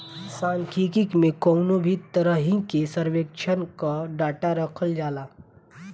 सांख्यिकी में कवनो भी तरही के सर्वेक्षण कअ डाटा रखल जाला